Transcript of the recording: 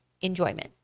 enjoyment